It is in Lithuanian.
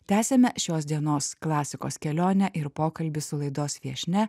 tęsiame šios dienos klasikos kelionę ir pokalbį su laidos viešnia